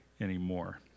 anymore